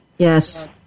Yes